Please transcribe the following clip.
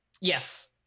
Yes